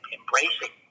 embracing